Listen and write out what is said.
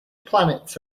planets